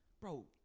bro